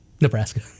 Nebraska